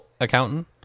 accountant